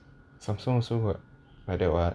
samsung also got like that [what]